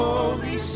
Holy